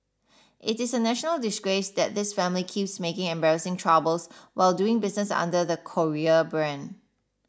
it is a national disgrace that this family keeps making embarrassing troubles while doing business under the Korea brand